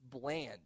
bland